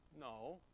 No